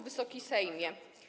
Wysoki Sejmie!